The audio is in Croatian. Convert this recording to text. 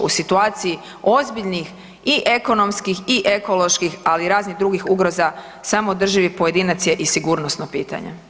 U situaciji ozbiljnih i ekonomskih i ekoloških, ali i raznih drugih ugroza, samoodrživi pojedinac je i sigurnosno pitanje.